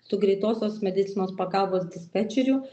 su greitosios medicinos pagalbos dispečeriu